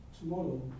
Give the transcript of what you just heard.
tomorrow